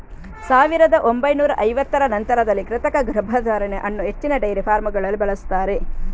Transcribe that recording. ಸಾವಿರದ ಒಂಬೈನೂರ ಐವತ್ತರ ನಂತರದಲ್ಲಿ ಕೃತಕ ಗರ್ಭಧಾರಣೆ ಅನ್ನು ಹೆಚ್ಚಿನ ಡೈರಿ ಫಾರ್ಮಗಳಲ್ಲಿ ಬಳಸ್ತಾರೆ